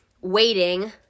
waiting